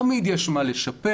תמיד יש מה לשפר,